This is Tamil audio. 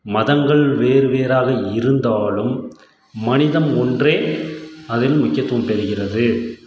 மதங்கள் வேறு வேறாக இருந்தாலும் மனிதம் ஒன்றே அதில் முக்கியத்துவம் பெறுகிறது